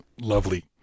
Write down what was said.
lovely